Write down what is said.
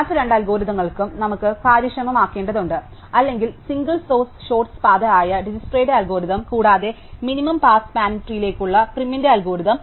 മറ്റ് രണ്ട് അൽഗോരിതങ്ങളും നമുക്ക് കാര്യക്ഷമമാക്കേണ്ടതുണ്ട് അല്ലെങ്കിൽ സിംഗിൾ സോഴ്സ് ഷോർട്സ്ട് പാത ആയ ഡിജ്ക്സ്ട്രയുടെ അൽഗോരിതം കൂടാതെ മിനിമം പാഴ്സ് സ്പാനിങ് ട്രീയിലേക്കുള്ള പ്രിമിന്റെ അൽഗോരിതം